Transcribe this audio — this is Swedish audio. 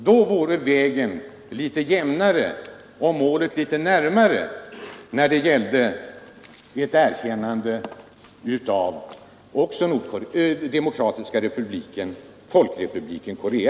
Då vore vägen litet jämnare och målet litet närmare när det gällde ett erkännande också av Demokratiska folkrepubliken Korea.